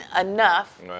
enough